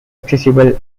accessible